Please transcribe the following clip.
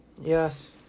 Yes